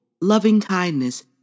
loving-kindness